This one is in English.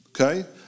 Okay